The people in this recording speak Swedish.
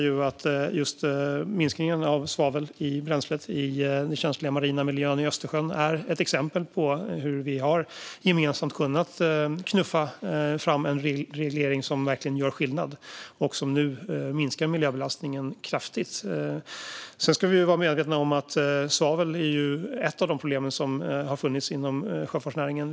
Just minskningen av svavel i bränslet i den känsliga marina miljön i Östersjön är ett exempel på hur vi gemensamt har kunnat knuffa fram en reglering som verkligen gör skillnad och som nu minskar miljöbelastningen kraftigt. Sedan ska vi vara medvetna om att svavel är ett av de problem som har funnits inom sjöfartsnäringen.